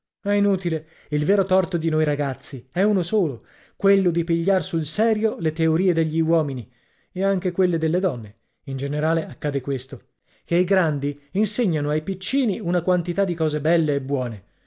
è inutile il vero torto di noi ragazzi è uno solo quello di pigliar sul serio le teorie degli uomini e anche quelle delle donne in generale accade questo che i grandi insegnano ai piccini una quantità di cose belle e buone